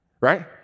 right